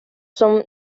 son